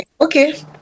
okay